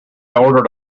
ordered